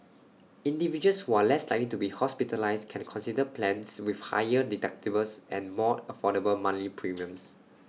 individuals who are less likely to be hospitalised can consider plans with higher deductibles and more affordable monthly premiums